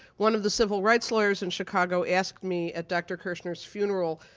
one of the civil rights lawyers in chicago asked me at dr. kirschner's funeral,